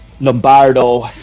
Lombardo